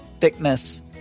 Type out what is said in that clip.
thickness